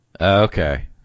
okay